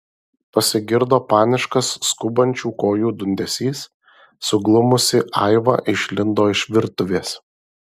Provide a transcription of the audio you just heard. pasigirdo paniškas skubančių kojų dundesys suglumusi aiva išlindo iš virtuvės